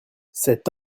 cet